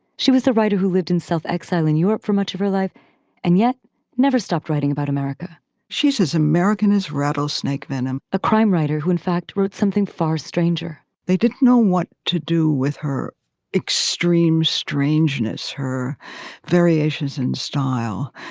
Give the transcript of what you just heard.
she was a writer who lived in self-exile in europe for much of her life and yet never stopped writing about america she says american rattlesnake venom a crime writer who in fact wrote something far stranger they didn't know what to do with her extreme strangeness. her variations in style.